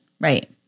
Right